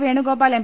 Venugopal M